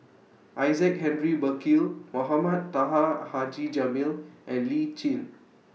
Isaac Henry Burkill Mohamed Taha Haji Jamil and Lee Tjin